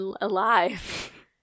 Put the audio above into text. alive